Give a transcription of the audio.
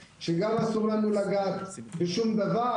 שגם לא יכולנו לגעת בשום דבר